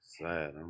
Sad